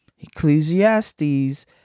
Ecclesiastes